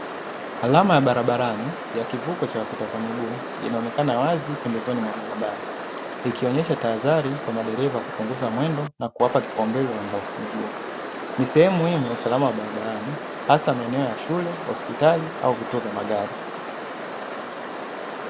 Alama ya barabarani ya kivuko cha wapita kwa miguu inaonekana wazi pembezoni mwa barabara, ikionesha tahadhari kwa madereva kupunguza mwendo na kuwapa kipaumbele waendao kwa miguu. Ni sehemu muhimu ya usalama wa barabarani hasa maeneo ya shule, hospitali au vituo vya magari.